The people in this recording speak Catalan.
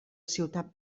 ciutat